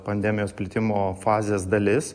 pandemijos plitimo fazės dalis